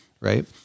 right